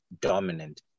dominant